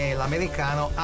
l'americano